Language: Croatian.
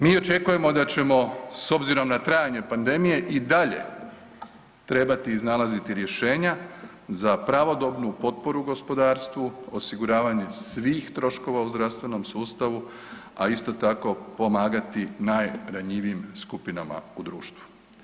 Mi očekujemo da ćemo s obzirom na trajanje pandemije i dalje trebati iznalaziti rješenja za pravednu potporu gospodarstvu, osiguravanje svih troškova u zdravstvenom sustavu, a isto tako pomagati najranjivijim skupinama u društvu.